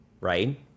right